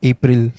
April